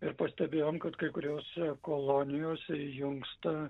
ir pastebėjom kad kai kuriose kolonijose įjunksta